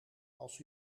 als